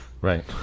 Right